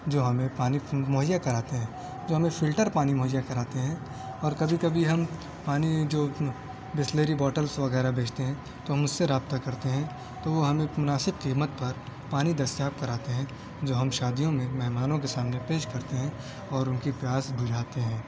جو ہمیں پانی مہیّا کراتے ہیں جو ہمیں فلٹر پانی مہیّا کراتے ہیں اور کبھی کبھی ہم پانی جو بسلری باٹلس وغیرہ بھیجتے ہیں تو ہم اس سے رابطہ کرتے ہیں تو وہ ہمیں مناسب قیمت پر پانی دستیاب کراتے ہیں جو ہم شادیوں میں مہمانوں کے سامنے پیش کرتے ہیں اور ان کی پیاس بجھاتے ہیں